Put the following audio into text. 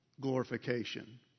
Glorification